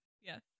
Yes